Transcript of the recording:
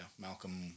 Malcolm